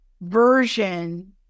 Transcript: version